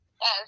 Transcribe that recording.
Yes